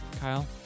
Kyle